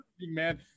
man